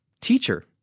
Teacher